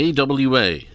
AWA